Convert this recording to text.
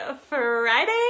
Friday